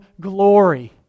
glory